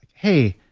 hey,